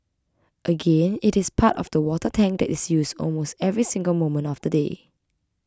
again it is part of the water tank that is used almost every single moment of the day